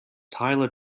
tyler